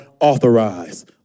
authorized